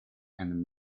and